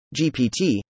GPT